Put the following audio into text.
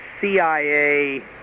CIA